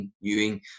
Ewing